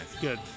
Good